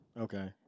Okay